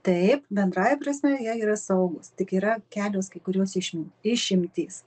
taip bendrąja prasme jie yra saugūs tik yra kelios kai kurios išimt išimtys